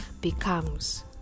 becomes